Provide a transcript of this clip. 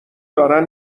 دارن